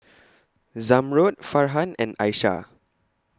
Zamrud Farhan and Aishah